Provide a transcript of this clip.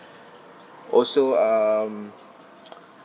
also um